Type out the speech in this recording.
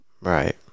Right